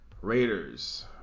Raiders